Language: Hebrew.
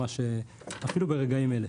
אפילו ברגעים אלה.